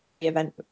event